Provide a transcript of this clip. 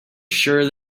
sure